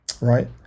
right